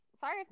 Sorry